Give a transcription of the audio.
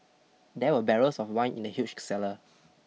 there were barrels of wine in the huge cellar